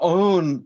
own